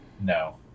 no